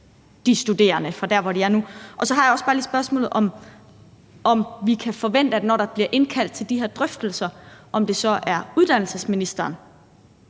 de studerende fra der, hvor de er nu. Så har jeg også bare lige det spørgsmål, om vi kan forvente, at det, når der bliver indkaldt til de her drøftelser, så er med uddannelsesministeren